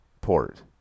port